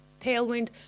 Tailwind